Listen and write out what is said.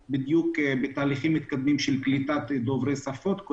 בתהליכים מתקדמים של קליטת דוברי שפות,